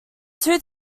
two